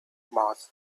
mars